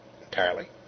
entirely